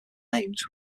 names